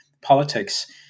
politics